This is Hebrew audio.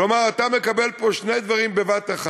כלומר, אתה מקבל פה שני דברים בבת-אחת: